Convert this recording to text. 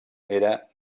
era